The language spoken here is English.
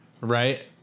right